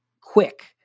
quick